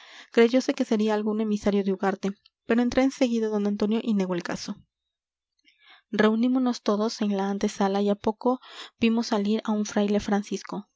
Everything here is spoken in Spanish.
sobredichos palaciegos creyose que sería algún emisario de ugarte pero entró enseguida don antonio y negó el caso reunímonos todos en la antesala y a poco vimos salir a un fraile francisco